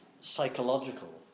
psychological